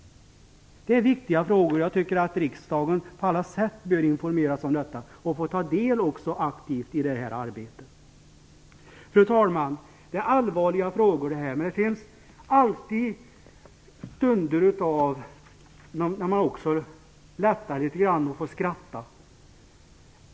Det är viktiga frågor, och jag tycker att riksdagen på alla sätt bör informeras om detta och aktivt få ta del i det här arbetet. Fru talman! Detta är allvarliga frågor, men det finns alltid stunder då det blir litet lättare och man får skratta.